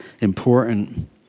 important